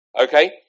Okay